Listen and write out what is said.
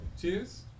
Cheers